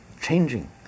changing